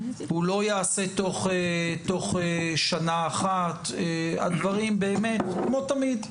הוא לא ייעשה תוך שנה אחת, הדברים באמת, כמו תמיד,